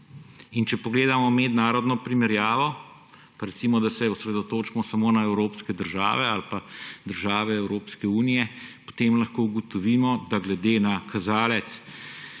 Če pogledamo mednarodno primerjavo – pa recimo, da se osredotočimo samo na evropske države ali pa države Evropske unije – potem lahko ugotovimo, da je glede na kazalec,